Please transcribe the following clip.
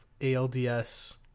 ALDS